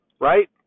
right